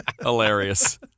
Hilarious